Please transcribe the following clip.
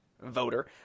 voter